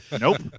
nope